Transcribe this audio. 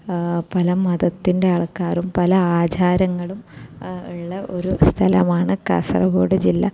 പല മതത്തിൻ്റെ ആൾക്കാറും പല ആചാരങ്ങളും ഉള്ള ഒരു സ്ഥലമാണ് കാസർഗോഡ് ജില്ല